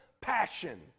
passion